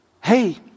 Hey